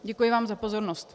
Děkuji vám za pozornost.